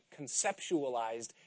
conceptualized